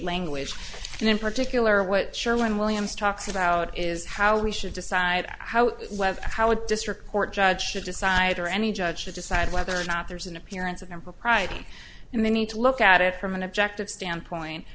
language and in particular what sherman williams talks about is how we should decide how when how a district court judge should decide or any judge should decide whether or not there's an appearance of impropriety and they need to look at it from an objective standpoint